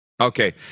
Okay